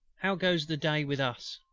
how goes the day with us?